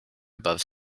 above